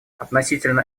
относительно